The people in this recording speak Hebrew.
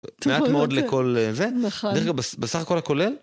מעט מאוד לכל זה. נכון. בדרך כלל בסך הכל הכולל?